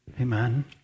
Amen